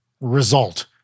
Result